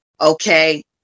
okay